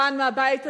כאן, מהבית הזה,